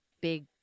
big